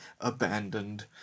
abandoned